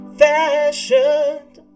fashioned